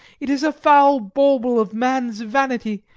it is a foul bauble of man's vanity.